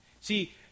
See